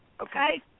Okay